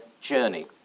journey